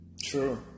True